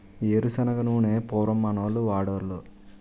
ఏరు శనగ నూనె పూర్వం మనోళ్లు వాడోలు